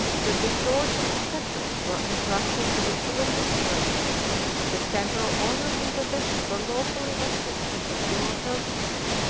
that the sword and the sceptre were intrusted to the civil magistrate that temporal honors and possessions were lawfully vested in secular persons